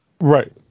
right